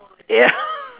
ya